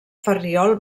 ferriol